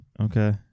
Okay